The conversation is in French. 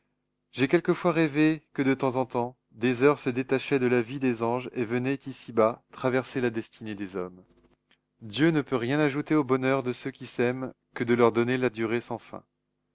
j'ai quelquefois rêvé que de temps en temps des heures se détachaient de la vie des anges et venaient ici-bas traverser la destinée des hommes dieu ne peut rien ajouter au bonheur de ceux qui s'aiment que de leur donner la durée sans fin